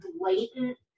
blatant